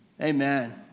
Amen